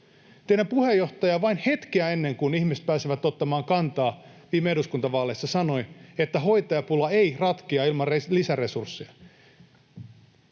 teidän puheenjohtajanne vain hetkeä ennen kuin ihmiset pääsivät ottamaan kantaa viime eduskuntavaaleissa sanoi, että hoitajapula ei ratkea ilman lisäresursseja